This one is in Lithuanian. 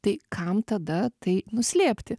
tai kam tada tai nuslėpti